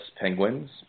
Penguins